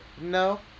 No